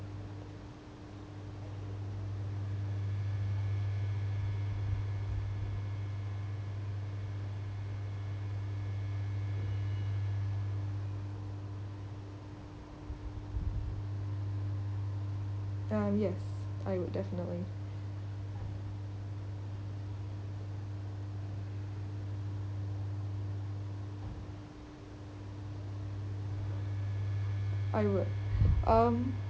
um yes I would definitely I would um